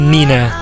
Nina